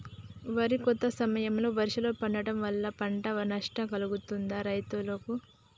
వరి కోత సమయంలో వర్షాలు పడటం వల్ల పంట నష్టం కలుగుతదా రైతులకు?